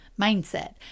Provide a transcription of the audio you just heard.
mindset